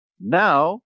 Now